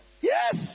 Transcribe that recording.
Yes